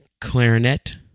clarinet